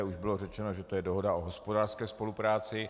Už bylo řečeno, že to je dohoda o hospodářské spolupráci.